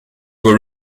were